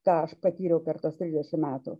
ką aš patyriau per tuos trisdešimt metų